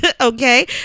okay